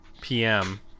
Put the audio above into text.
PM